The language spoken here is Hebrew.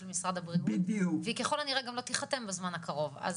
משרד הבריאות והיא ככל הנראה גם לא תיחתם בזמן הקרוב.